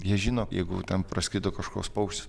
jie žino jeigu ten praskrido kažkoks pauštis